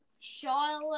Charlotte